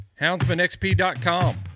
HoundsmanXP.com